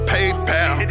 PayPal